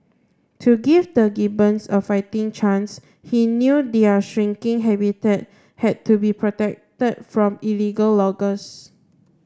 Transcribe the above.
to give the gibbons a fighting chance he knew their shrinking habitat had to be protected from illegal loggers